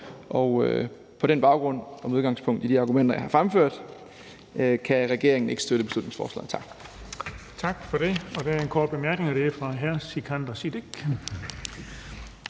og på den baggrund og med udgangspunkt i de argumenter, jeg har fremført, kan regeringen ikke støtte beslutningsforslaget. Tak.